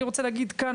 אני רוצה להגיד כאן,